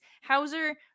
Hauser